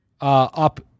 up